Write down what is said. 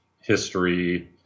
history